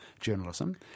journalism